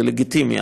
זה לגיטימי,